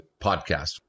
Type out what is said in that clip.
Podcast